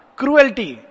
cruelty